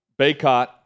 Baycott